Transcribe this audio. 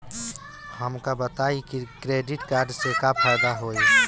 हमका बताई credit card से का फायदा होई?